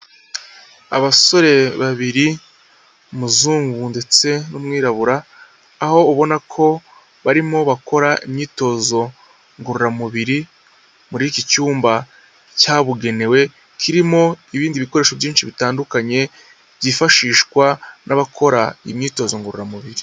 Abasore babiri, umuzungu ndetse n'umwirabura, aho ubona ko barimo bakora imyitozo ngororamubiri muri iki cyumba cyabugenewe kirimo ibindi bikoresho byinshi bitandukanye byifashishwa n'abakora imyitozo ngororamubiri.